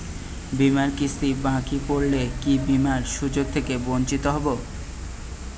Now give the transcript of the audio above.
বিমার কিস্তি বাকি পড়লে কি বিমার সুযোগ থেকে বঞ্চিত হবো?